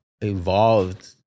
evolved